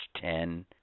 ten